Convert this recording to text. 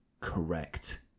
correct